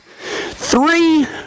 Three